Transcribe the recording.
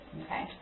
okay